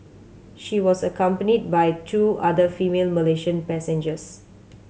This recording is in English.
she was accompanied by two other female Malaysian passengers